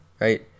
right